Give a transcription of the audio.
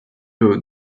vaut